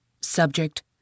Subject